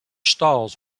stalls